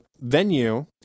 venue